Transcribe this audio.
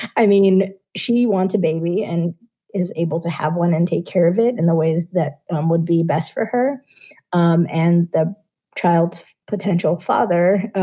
i mean, she want a baby and is able to have one and take care of it in the ways that would be best for her um and the child potential father.